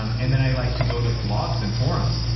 um and then i like to go to blogs and forums.